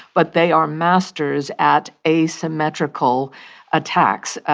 but they are masters at asymmetrical attacks.